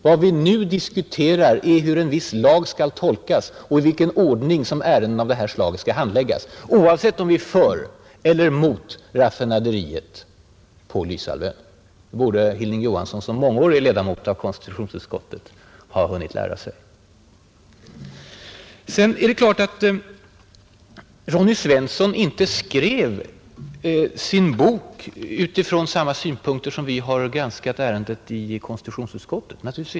Vad vi nu diskuterar är hur en viss lag skall tolkas och i vilken ordning som ärenden av detta slag skall handläggas, oavsett om vi är för eller mot raffinaderiet på Lysehalvön. Det borde Hilding Johansson som mångårig ledamot av konstitutionsutskottet ha hunnit lära sig. Det är klart att Ronny Svensson inte skrev sin bok utifrån samma synpunkter som vi har granskat ärendet i konstitutionsutskottet.